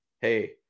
Hey